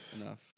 enough